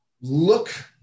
look